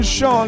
Sean